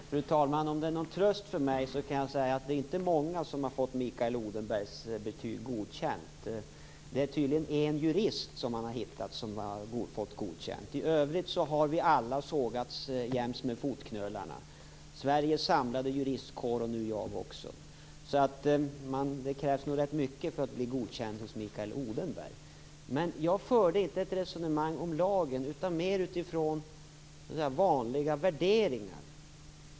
Fru talman! Jag vet inte om det är någon tröst för mig, men det är inte många som har fått betyget godkänt av Mikael Odenberg. Han har tydligen hittat en jurist som har fått godkänt. I övrigt har vi alla, Sveriges samlade juristkår och nu också jag, sågats jäms med fotknölarna. Det krävs nog rätt mycket för att bli godkänd av Mikael Odenberg. Jag förde inte ett resonemang om lagen utan mer utifrån vanliga värderingar.